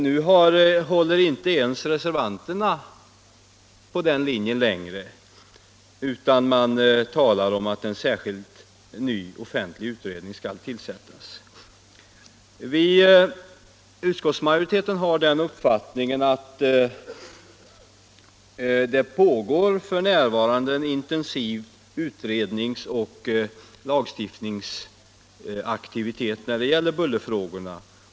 Nu följer inte ens reservanterna den linjen utan talar om att en särskild ny offentlig utredning skall tillsättas. Utskottsmajoriteten har den uppfattningen att det f.n. pågår en intensiv utrednings och lagstiftningsaktivitet när det gäller bullerfrågorna.